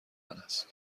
است